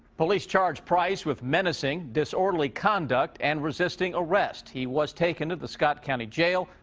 police charged price with menacing. disor derly conduct. and resisting arrest he was taken to the scott county jail.